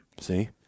See